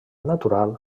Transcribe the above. natural